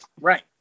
Right